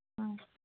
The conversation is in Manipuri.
ꯎꯝ